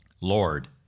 Lord